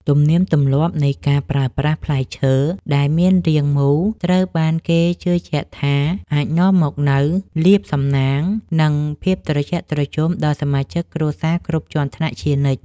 ទំនៀមទម្លាប់នៃការប្រើប្រាស់ផ្លែឈើដែលមានរាងមូលត្រូវបានគេជឿជាក់ថាអាចនាំមកនូវលាភសំណាង និង ភាពត្រជាក់ត្រជុំដល់សមាជិកគ្រួសារគ្រប់ជាន់ថ្នាក់ជានិច្ច។